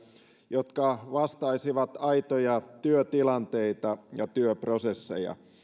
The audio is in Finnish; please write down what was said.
jotka vastaisivat aitoja työtilanteita ja työprosesseja